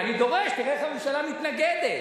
אני דורש, תראה איך הממשלה מתנגדת,